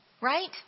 Right